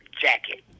jacket